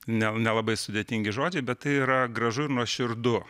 ne nelabai sudėtingi žodžiai bet yra gražu ir nuoširdu